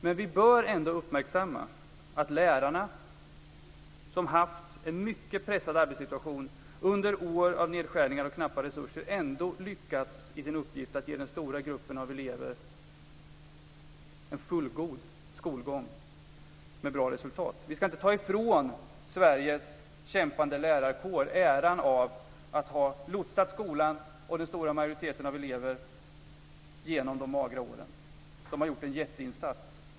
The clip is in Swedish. Men vi bör ändå uppmärksamma att lärarna, som haft en mycket pressad arbetssituation under år av nedskärningar och knappa resurser, ändå lyckats i sin uppgift att ge den stora gruppen av elever en fullgod skolgång med bra resultat. Vi ska inte ta ifrån Sveriges kämpande lärarkår äran av att ha lotsat skolan och den stora majoriteten av eleverna genom de magra åren. De har gjort en jätteinsats.